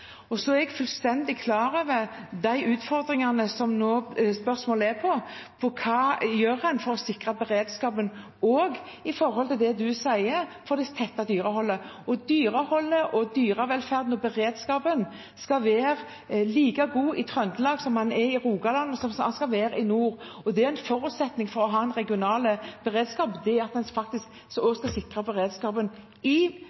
er fullstendig klar over de utfordringene som spørsmålet er om, hva en gjør for å sikre beredskapen – også ut fra det representanten sier – for det tette dyreholdet. Dyreholdet, dyrevelferden og beredskapen skal være like god i Trøndelag som i Rogaland og som i nord. En forutsetning for å ha en regional beredskap er at en også skal sikre beredskapen i